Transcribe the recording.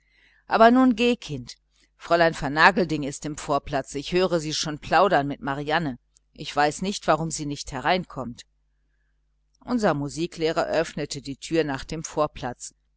aber nun geh kind fräulein vernagelding ist im vorplatz ich höre sie schon lange plaudern mit marianne ich weiß nicht warum sie nicht herein kommt unser musiklehrer öffnete die türe nach dem vorplatz